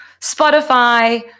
Spotify